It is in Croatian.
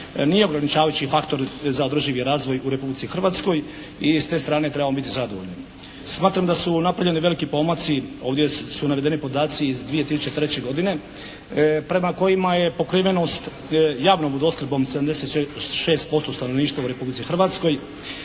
nije ograničavajući faktor za održivi razvoj u Republici Hrvatskoj i s te strane trebamo biti zadovoljni. Smatram da su napravljeni veliki pomaci. Ovdje su navedeni podaci iz 2003. godine prema kojima je pokrivenost javnom vodoopskrbom 76% stanovništva u Republici Hrvatskoj.